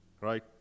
right